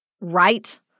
right